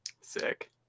Sick